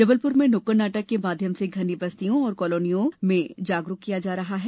जबलपुर में नुक्कड नाटक के माध्यम से घनी बस्तियों और कालोनियों निवासियों को जागरूक किया जा रहा है